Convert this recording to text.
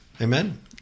Amen